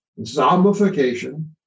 zombification